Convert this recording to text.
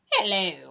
Hello